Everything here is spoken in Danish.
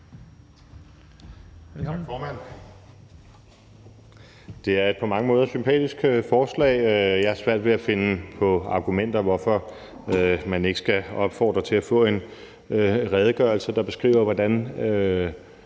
Tak, formand. Det er et på mange måder sympatisk forslag. Jeg har svært ved at finde på argumenter for, hvorfor man ikke skal opfordre til at få en redegørelse, der beskriver, hvordan